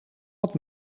wat